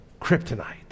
Kryptonite